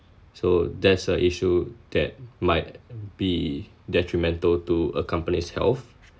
so there's a issue that might be detrimental to a company's health